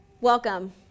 Welcome